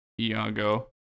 iago